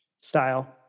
style